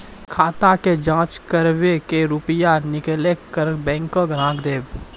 खाता के जाँच करेब के रुपिया निकैलक करऽ बैंक ग्राहक के देब?